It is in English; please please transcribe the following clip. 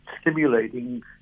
stimulating